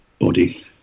body